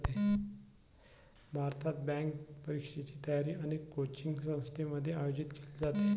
भारतात, बँक परीक्षेची तयारी अनेक कोचिंग संस्थांमध्ये आयोजित केली जाते